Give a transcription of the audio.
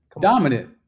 Dominant